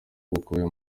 bukubiye